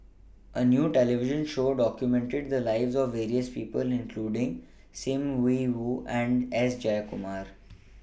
A New television Show documented The Lives of various People including SIM Yi Hui and S Jayakumar